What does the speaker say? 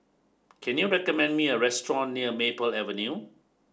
can you recommend me a restaurant near Maple Avenue